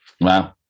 wow